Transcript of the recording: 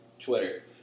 Twitter